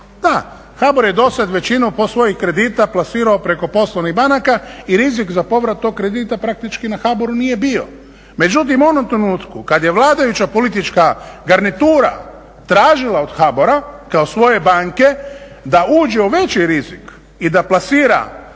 HBOR je dosad većinu svojih kredita plasirao preko poslovnih banaka i rizik za povrat tog kredita praktički na HBOR-u nije bio. Međutim, u onom trenutku kad je vladajuća politička garnitura tražila od HBOR-a kao svoje banke da uđe u veći rizik i da plasira